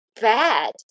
bad